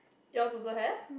yours also have